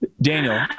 Daniel